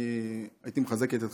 אני הייתי מחזק את ידיך,